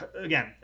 again